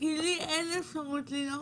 אין רישיון ואין אפשרות לנהוג,